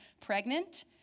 pregnant